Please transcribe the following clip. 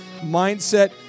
mindset